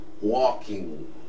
walking